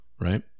right